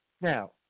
Now